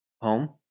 home